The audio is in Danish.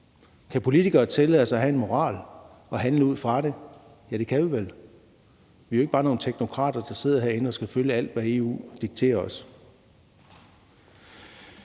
som politikere tillade os at have en moral og handle ud fra det? Ja, det kan vi vel. Vi er ikke bare nogle teknokrater, der sidder herinde og skal følge alt, hvad EU dikterer os.